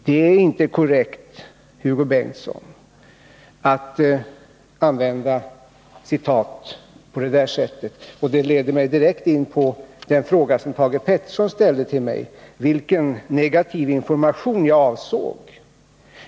Det är inte korrekt, Hugo Bengtsson, att använda citat på det sättet. Det leder mig direkt in på den fråga som Thage Peterson ställde till mig, om vilken negativ information jag avsåg.